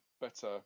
better